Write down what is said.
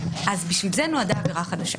בשביל זה נועדה העבירה החדשה.